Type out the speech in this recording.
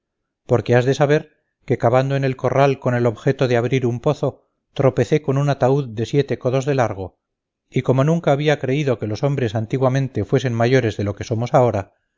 porque has de saber que cavando en el corral con el objeto de abrir un pozo tropecé con un ataúd de siete codos de largo y como nunca había creído que los hombres antiguamente fuesen mayores de lo que somos ahora